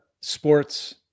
sports